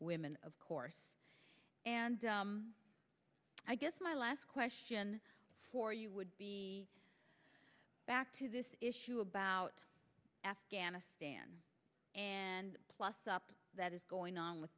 women of course and i guess my last question for you would be back to this issue about afghanistan and plus up that is going on with